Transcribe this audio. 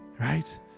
right